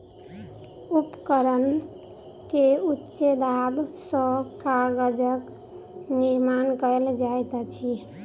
उपकरण के उच्च दाब सॅ कागजक निर्माण कयल जाइत अछि